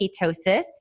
ketosis